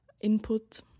input